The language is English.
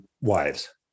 wives